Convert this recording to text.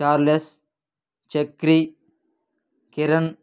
Charles Chakri Kiran